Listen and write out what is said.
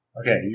Okay